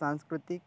सांस्कृतिक